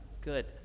Good